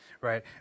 right